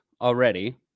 already